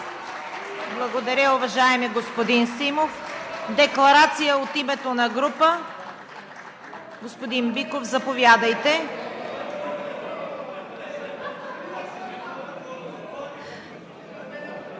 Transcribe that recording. Благодаря, уважаеми господин Симов. Декларация от името на група – господин Биков, заповядайте. (Възгласи